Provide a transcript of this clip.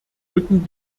rücken